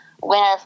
Winner